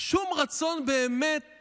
שום רצון באמת